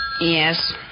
Yes